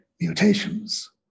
mutations